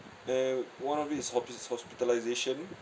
eh one of it is hospi~ hospitalisation